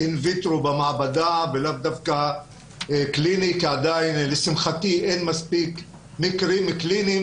במעבדה ולאו דווקא קליני כי לשמחתי עדיין אין מספיק מקרים קליניים